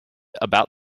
about